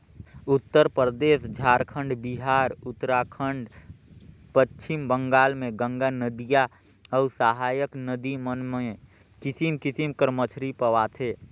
उत्तरपरदेस, झारखंड, बिहार, उत्तराखंड, पच्छिम बंगाल में गंगा नदिया अउ सहाएक नदी मन में किसिम किसिम कर मछरी पवाथे